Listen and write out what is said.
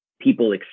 people